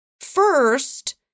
First